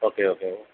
okay okay